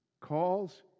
calls